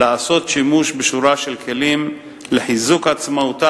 לעשות שימוש בשורה של כלים לחיזוק עצמאותה